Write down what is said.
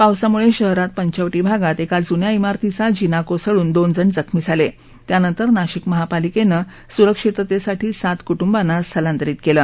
पावसामुळे शहरात पंचवटी भागात एका जून्या शिरतीचा जिना कोसळून दोन जण जखमी झाले त्यानंतर नाशिक महापालिकेने सुरक्षिततेसाठी सात कूटुंबांना स्थलांतरित केले